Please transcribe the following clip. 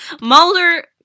Mulder